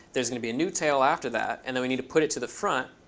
there's going to be a new tail after that. and then we need to put it to the front